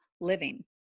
living